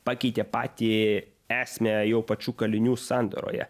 pakeitė patį esmę jau pačių kalinių sandaroje